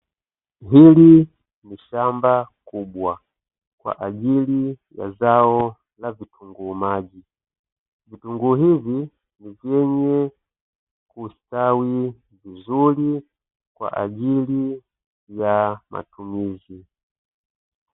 Hili ni shamba kubwa kwa ajili ya zao la vitunguu maji, vitungu hivi ni vyenye kustawi vizuri kwa ajili ya matumizi.